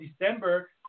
December